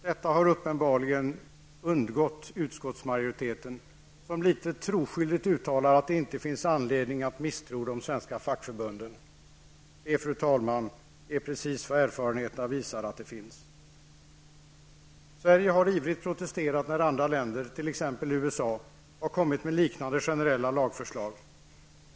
Detta har uppenbarligen undgått utskottsmajoriteten, som litet troskyldigt uttalar att det inte finns anledning att misstro de svenska fackförbunden. Det är, fru talman, precis vad erfarenheterna visar att det finns. Sverige har ivrigt protesterat när andra länder, t.ex. USA, har kommit med liknande generella lagförslag.